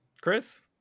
Chris